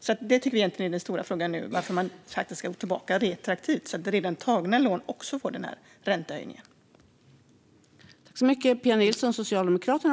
Detta tycker vi egentligen är den stora frågan nu, alltså varför det ska gälla retroaktivt så att även redan tagna lån får den här räntehöjningen.